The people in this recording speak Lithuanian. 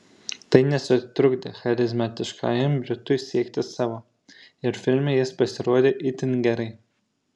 tai nesutrukdė charizmatiškajam britui siekti savo ir filme jis pasirodė itin gerai